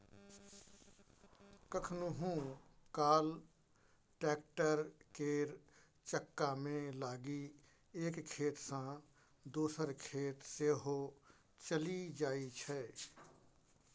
कखनहुँ काल टैक्टर केर चक्कामे लागि एक खेत सँ दोसर खेत सेहो चलि जाइ छै